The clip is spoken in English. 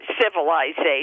civilization